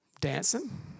Dancing